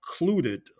included